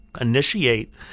initiate